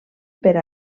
per